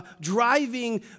driving